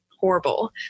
horrible